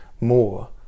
more